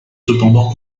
cependant